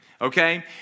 okay